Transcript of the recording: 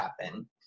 happen